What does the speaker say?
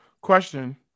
Question